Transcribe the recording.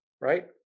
right